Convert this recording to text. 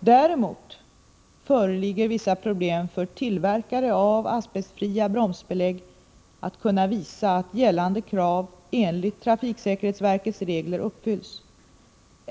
Däremot föreligger vissa problem för tillverkare av asbestfria bromsbelägg att kunna visa att gällande krav enligt trafiksäkerhetsverkets regler uppfylls.